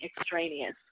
extraneous